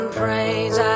praise